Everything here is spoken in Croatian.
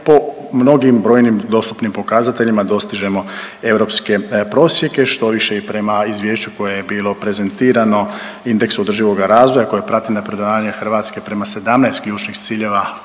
Po mnogim brojnim dostupnim pokazateljima dostižemo europske prosjeke. Štoviše i prema izvješću koje je bilo prezentirano, indeks održivoga razvoja koje prati napredovanje Hrvatske prema 17 ključnih ciljeva